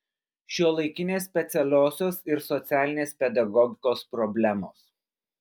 šiuolaikinės specialiosios ir socialinės pedagogikos problemos